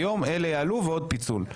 היום אלה יעלו ועוד פיצול.